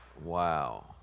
Wow